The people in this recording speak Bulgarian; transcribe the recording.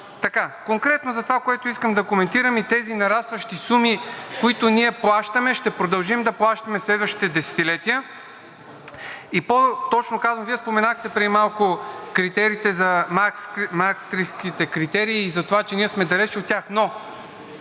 Конкретно за това, което искам да коментирам, и тези нарастващи суми, които ние плащаме, ще продължим да плащаме в следващите десетилетия, и по-точно казано, Вие споменахте преди малко Маастрихтските критерии и това, че сме далеч от тях,